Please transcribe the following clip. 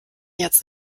jetzt